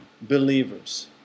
believers